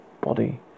body